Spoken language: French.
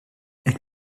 elle